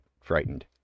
frightened